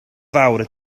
fawr